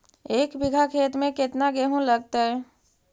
एक बिघा खेत में केतना गेहूं लगतै?